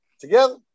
together